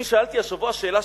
אני שאלתי השבוע שאלה,